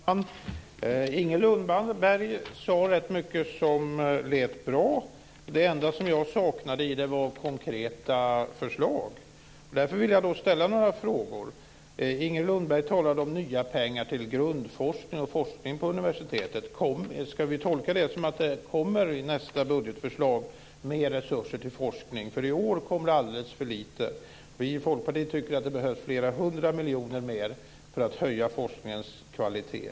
Fru talman! Inger Lundberg sade rätt mycket som lät bra. Det enda som jag saknade var konkreta förslag. Därför vill jag ställa några frågor. Inger Lundberg talade om nya pengar till grundforskning och forskning på universitetet. Ska vi tolka det som att det kommer mer resurser till forskning i nästa budgetförslag? Senast kom det alldeles för lite. Vi i Folkpartiet tycker att det behövs flera hundra miljoner mer för att höja forskningens kvalitet.